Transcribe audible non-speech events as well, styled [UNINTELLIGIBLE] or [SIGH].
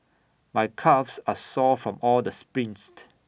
my calves are sore from all the sprints [UNINTELLIGIBLE]